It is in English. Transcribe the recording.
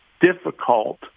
difficult